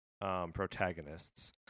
protagonists